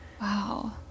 Wow